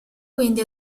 quindi